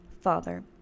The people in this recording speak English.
Father